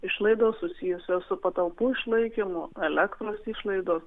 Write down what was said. išlaidos susijusios su patalpų išlaikymu elektros išlaidos